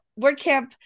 WordCamp